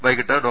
വൈകീട്ട് ഡോ